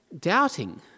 doubting